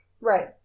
Right